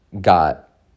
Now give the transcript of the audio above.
got